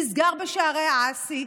נסגר בשערי העסי,